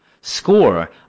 score